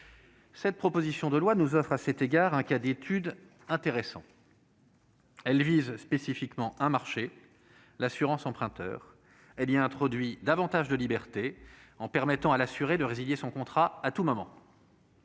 cette proposition de loi nous offre un cas d'étude intéressant. Elle vise spécifiquement le marché de l'assurance emprunteur et elle y introduit davantage de liberté, en permettant à l'assuré de résilier son contrat à tout moment.